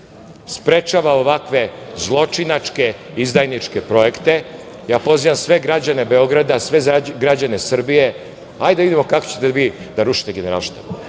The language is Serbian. sprečava ovakve zločinačke, izdajničke projekte. Pozivam sve građane Beograda, sve građane Srbije, hajde da vidimo kako ćete vi da rušite Generalštab.